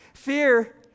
Fear